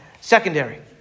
secondary